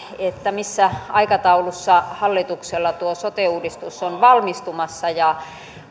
missä aikataulussa hallituksella tuo sote uudistus on valmistumassa ja